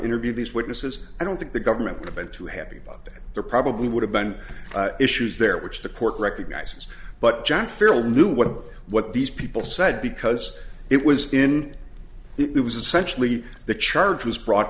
interview these witnesses i don't think the government would have been too happy about that there probably would have been issues there which the court recognizes but john farrell knew what what these people said because it was in it was essentially the charge was bro